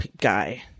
guy